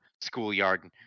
schoolyard